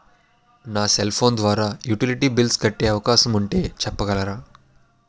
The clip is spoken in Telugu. నా సెల్ ఫోన్ ద్వారా యుటిలిటీ బిల్ల్స్ కట్టే అవకాశం ఉంటే చెప్పగలరా?